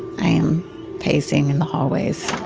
i am pacing in the hallways